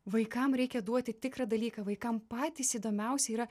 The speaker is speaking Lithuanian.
vaikam reikia duoti tikrą dalyką vaikam patys įdomiausi yra